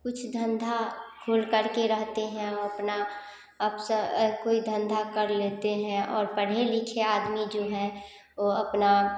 कुछ धंधा खोल करके रहते हैं वे अपना अप्स कोई धंधा कर लेते हैं और पढ़े लिखे आदमी जो हैं वे अपना